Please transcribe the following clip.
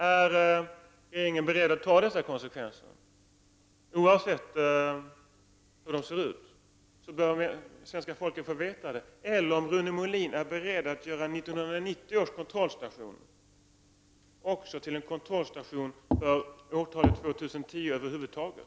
Är regeringen beredd att ta dessa konsekvenser? Svenska folket bör få upplysning om detta, oavsett hur dessa konsekvenser ser ut. Svenska folket bör också få veta om Rune Molin är beredd att göra 1990 års kontrollstation till en kontrollstation för årtalet 2010 över huvud taget.